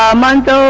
um month